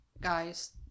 guys